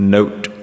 Note